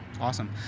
awesome